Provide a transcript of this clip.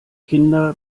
kinder